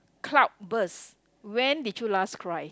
cloud burst when did you last cry